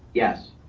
yes.